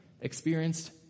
experienced